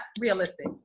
realistic